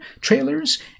trailers